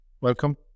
Welcome